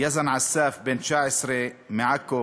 יזאן עסאף בן 19 מעכו.